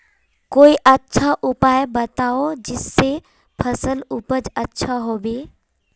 कोई अच्छा उपाय बताऊं जिससे फसल उपज अच्छा होबे